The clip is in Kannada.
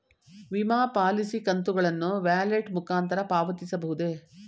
ವಿಮಾ ಪಾಲಿಸಿ ಕಂತುಗಳನ್ನು ವ್ಯಾಲೆಟ್ ಮುಖಾಂತರ ಪಾವತಿಸಬಹುದೇ?